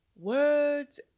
words